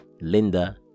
Linda